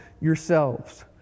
yourselves